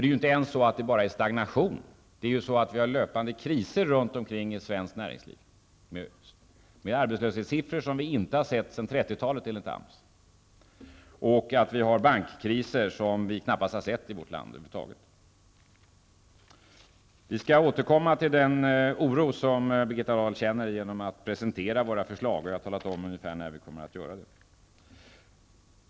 Det är ju inte bara så, att vi har en stagnation, utan vi har också löpande kriser runt omkring i svenskt näringsliv med arbetslöshetssiffror som vi inte har sett sedan 30-talet enligt AMS och med bankkriser vars like vi knappast har sett i vårt land över huvud taget. Birgitta Dahl känner oro. Vi skall återkomma till den här frågan och presentera våra förslag. Jag har ju talat om ungefär när vi kommer att göra det.